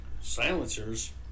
silencers